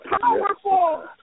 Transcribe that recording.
powerful